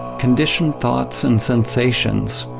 conditioned thoughts and sensations,